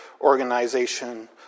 organization